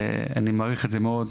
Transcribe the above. מעריך את זה מאוד.